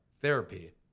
therapy